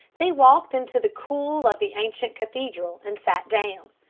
they walked into the cool of the ancient cathedral and sat down.